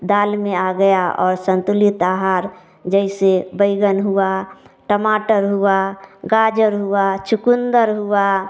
दाल में आ गया और संतुलित आहार जैसे बैंगन हुआ टमाटर हुआ गाजर हुआ चुक़ंदर हुआ